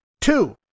Two